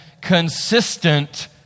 consistent